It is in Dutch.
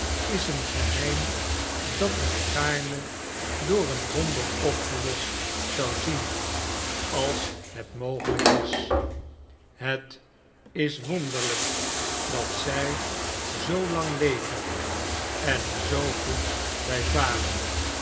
voorzien zyn iseengeheim dat ik gaarne door een wonder opgelost zou zien als het mogelyk was het is wonderlyk dat zy zoo lang leven en er zoo goed by varen